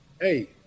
hey